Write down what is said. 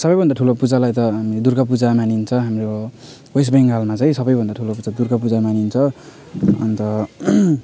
सबैभन्दा ठुलो पूजालाई त हामी दुर्गापूजा मानिन्छ हाम्रो वेस्ट बङ्गालमा चाहिँ सबैभन्दा ठुलो पूजा दुर्गापूजा मानिन्छ अन्त